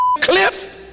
cliff